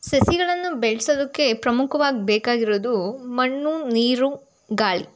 ಸಸಿಗಳನ್ನು ಬೆಳ್ಸೋದಕ್ಕೆ ಪ್ರಮುಖ್ವಾಗಿ ಬೇಕಾಗಿರೋದು ಮಣ್ಣು ನೀರು ಗಾಳಿ